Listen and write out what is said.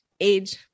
age